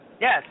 Yes